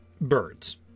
birds